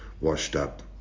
washed-up